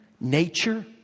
nature